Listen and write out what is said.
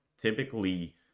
Typically